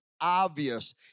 obvious